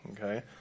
Okay